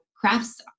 crafts